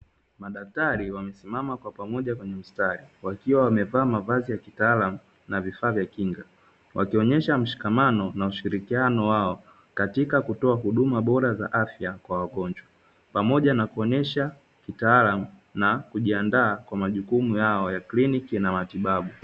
Madaktari wamesimama kwa pamoja kwenye mstari wakiwa wamevaa mavazi ya kitalamu na vifaa vya kinga, wakionyesha mshikamano na ushirikiano wao katika kutoa huduma bora za afya kwa wagonjwa, pamoja na kuonyesha kitaalamu na kujiandaa kwa majukumu yao ya kliniki na matibabu.